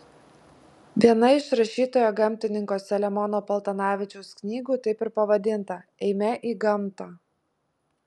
viena iš rašytojo gamtininko selemono paltanavičiaus knygų taip ir pavadinta eime į gamtą